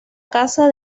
casa